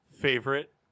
favorite